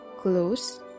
close